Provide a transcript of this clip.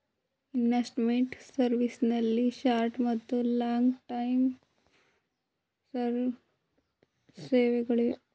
investment service ನಲ್ಲಿ short ಮತ್ತು long term ಸೇವೆಗಳಿಗೆ